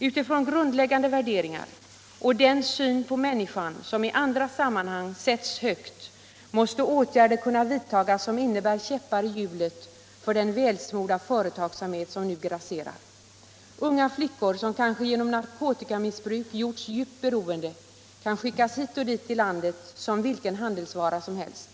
Utifrån grund läggande värderingar och den syn på miänniskan som i andra sammanhang - Nr 24 sätts högt måste åtgärder kunna vidtagas som innebär käppar 1 hjulet Onsdagen den för den välsmorda företagsamhet som nu grasserar. Unga flickor, som 10 november 1976 kanske genom narkotikamissbruk gjorts djupt beroende, kan skickas hit och dit i landet som vilken handelsvara som helst.